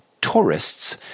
tourists